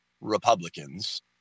Republicans